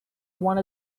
one